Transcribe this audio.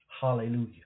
Hallelujah